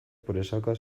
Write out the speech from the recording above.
presaka